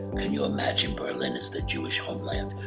can you imagine berlin as the jewish homeland?